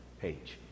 page